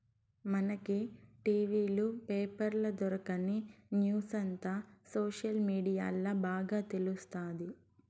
మనకి టి.వీ లు, పేపర్ల దొరకని న్యూసంతా సోషల్ మీడియాల్ల బాగా తెలుస్తాది